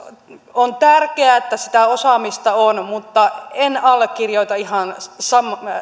on tärkeää että sitä osaamista on mutta en allekirjoita ihan